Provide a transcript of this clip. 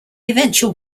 eventual